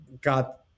got